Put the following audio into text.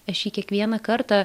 aš jį kiekvieną kartą